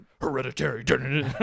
hereditary